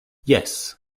jes